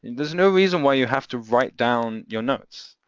there's no reason why you have to write down your notes.